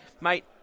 Mate